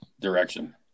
direction